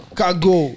cargo